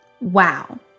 Wow